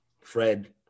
Fred